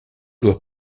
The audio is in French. doit